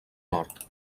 nord